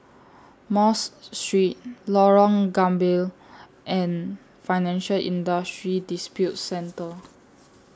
Mosque Street Lorong Gambir and Financial Industry Disputes Center